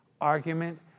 argument